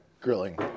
Grilling